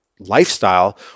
Lifestyle